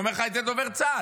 אומר לך את זה דובר צה"ל.